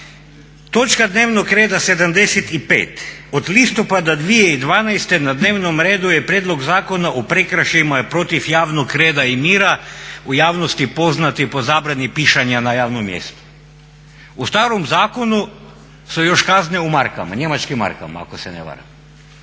točka dnevnog reda 75. od listopada 2012. na dnevnom redu je Prijedlog zakona o prekršajima protiv javnog reda i mira u javnosti poznat po zabrani pišanja po javnom mjestu. U starom zakonu su još kazne u markama, njemačkim markama, ako se ne varam.